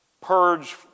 purge